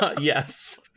Yes